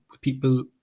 people